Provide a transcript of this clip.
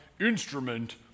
instrument